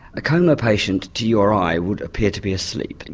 a coma patient to you or i would appear to be asleep,